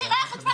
מחירי החשמל